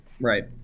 Right